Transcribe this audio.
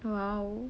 !wow!